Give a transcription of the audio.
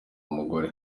umugore